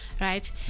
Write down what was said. right